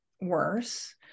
worse